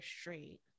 straight